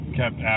kept